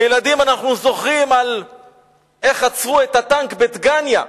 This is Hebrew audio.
כילדים אנחנו זוכרים איך עצרו את הטנק בדגניה,